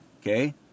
okay